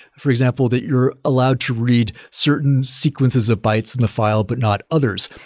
for example that you're allowed to read certain sequences of bytes in the file but not others.